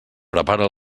prepara